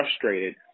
frustrated